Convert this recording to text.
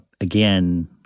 again